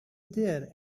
there